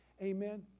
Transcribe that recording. amen